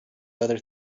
other